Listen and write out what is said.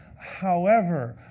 however,